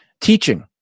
Teaching